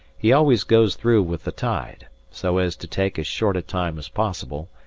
he always goes through with the tide, so as to take as short a time as possible,